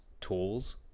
tools